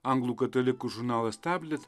anglų katalikų žurnalas stablit